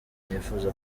nifuza